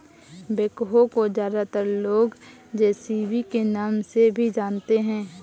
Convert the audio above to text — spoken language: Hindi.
बैकहो को ज्यादातर लोग जे.सी.बी के नाम से भी जानते हैं